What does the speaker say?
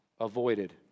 avoided